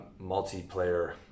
multiplayer